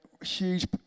Huge